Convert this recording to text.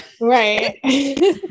Right